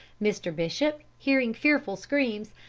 mr. bishop, hearing fearful screams,